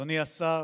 אדוני השר,